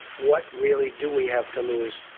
what, really, do we have to lose?